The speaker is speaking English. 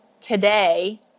today